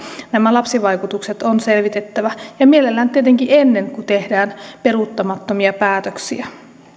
nämä lapsivaikutukset on selvitettävä ja mielellään tietenkin ennen kuin tehdään peruuttamattomia päätöksiä